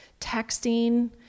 texting